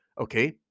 Okay